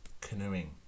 canoeing